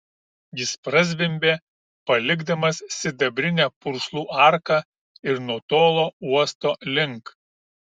jis prazvimbė palikdamas sidabrinę purslų arką ir nutolo uosto link